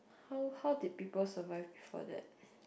how how did people survive before that